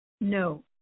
no